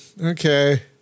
Okay